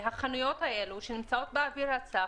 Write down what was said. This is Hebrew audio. החנויות האלה שנמצאות באוויר הצח,